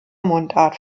mundart